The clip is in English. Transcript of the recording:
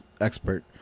expert